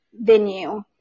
venue